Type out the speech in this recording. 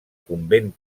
convent